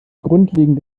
grundlegend